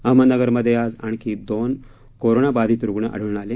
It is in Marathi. अहमदनगरमध्ये आज आणखी दोन कोरोना बाधित रुग्ण आढळ्न आले